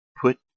Put